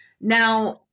Now